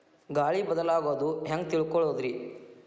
ಗಾಳಿ ಬದಲಾಗೊದು ಹ್ಯಾಂಗ್ ತಿಳ್ಕೋಳೊದ್ರೇ?